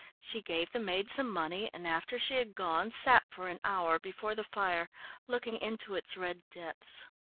she gave the maid some money and after she had gone, sat for an hour before the fire looking into its red depths.